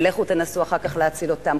ולכו תנסו אחר כך להציל אותם.